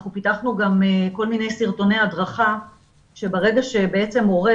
אנחנו פיתחנו גם כל מיני סרטוני הדרכה שברגע שמורה